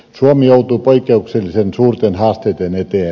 suomi joutuu poikkeuksellisen suurten haasteiden eteen